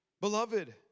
Beloved